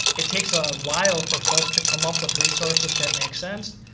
it takes a while for folks to come up with resources that make sense.